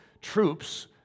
troops